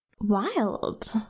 wild